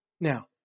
Now